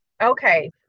Okay